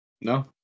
No